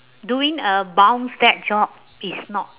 doing a bound desk job is not